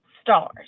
Stars